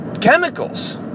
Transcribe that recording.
chemicals